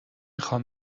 خوام